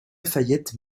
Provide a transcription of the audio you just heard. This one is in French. fayette